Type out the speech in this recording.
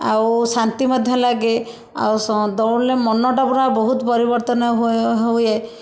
ଆଉ ଶାନ୍ତି ମଧ୍ୟ ଲାଗେ ଆଉ ସ ଦଉଡ଼ିଲେ ମନଟା ପୁରା ବହୁତ ପରିବର୍ତ୍ତନ ହୁଏ